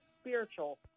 spiritual